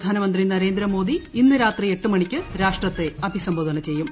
പ്രധാനമന്ത്രി നരേന്ദ്ര മോദി ഇന്ന് രാത്രി എട്ട് മണിക്ക് രാഷ്ട്രത്തെ അഭിസംബോധന ചെയ്യും